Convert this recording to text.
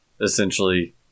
essentially